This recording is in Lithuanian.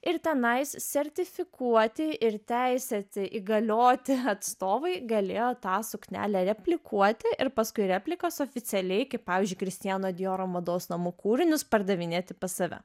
ir tenais sertifikuoti ir teisėti įgalioti atstovai galėjo tą suknelę replikuoti ir paskui replikos oficialiai kaip pavyzdžiui kristiano dijoro mados namų kūrinius pardavinėti pas save